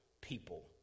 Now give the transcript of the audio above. people